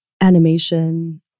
animation